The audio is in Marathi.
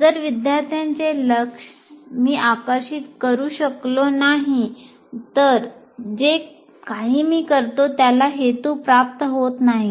जर विद्यार्थ्यांचे लक्ष मी आकर्षित करू शकलो नाही तर जे काही मी करतो त्याला हेतू प्राप्त होत नाही